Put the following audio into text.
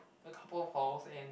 a couple of halls and